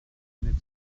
deine